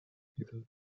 piedod